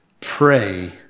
pray